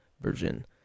version